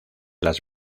las